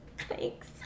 Thanks